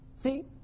See